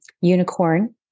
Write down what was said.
unicorn